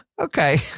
Okay